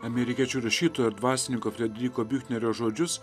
amerikiečių rašytojo ir dvasininko frederiko biufnerio žodžius